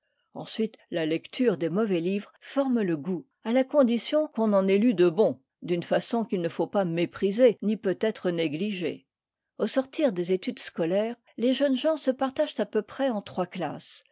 ensuite la lecture des mauvais livres forme le goût à la condition qu'on en ait lu de bons d'une façon qu'il ne faut pas mépriser ni peut-être négliger au sortir des études scolaires les jeunes gens se partagent à peu près en trois classes